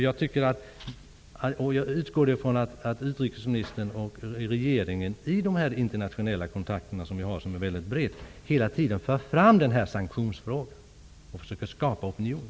Jag utgår ifrån att utrikesministern och regeringen hela tiden för fram sanktionsfrågan och försöker skapa opinion, med hjälp av de breda internationella kontakter ni har.